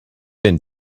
been